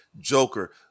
Joker